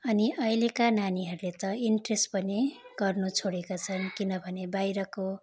अनि अहिलेका नानीहरूले त इन्ट्रेस्ट पनि गर्नु छोडेका छन् किनभने बाहिरको